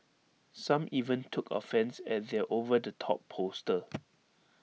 some even took offence at their over the top poster